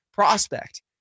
prospect